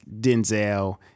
Denzel